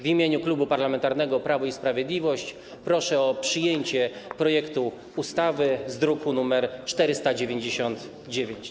W imieniu Klubu Parlamentarnego Prawo i Sprawiedliwość proszę o przyjęcie projektu ustawy z druku nr 499.